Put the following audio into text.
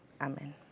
Amen